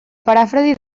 paràfrasi